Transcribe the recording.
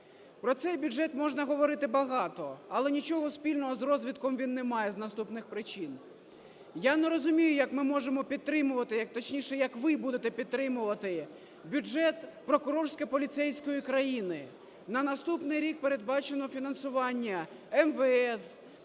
Про цей бюджет можна говорити багато, але нічого спільного з розвитком він не має з наступних причин. Я не розумію, як ми можемо підтримувати, точніше, як ви будете підтримувати бюджет прокурорсько-поліцейської країни. На наступний рік передбачено фінансування МВС,